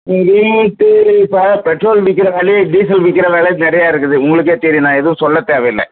rate இப்போ petrol விற்கிற விலையே டீசல் விற்கிற வெலை நிறையா இருக்குது உங்களுக்கே தெரியும் நான் எதுவும் சொல்ல தேவையில்லை